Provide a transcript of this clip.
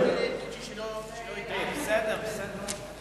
אין מתנגדים ואין נמנעים.